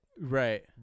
Right